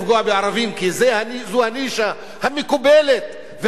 כי זו הנישה המקובלת והרווחת